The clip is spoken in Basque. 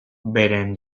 beren